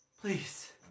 Please